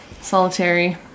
Solitary